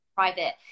private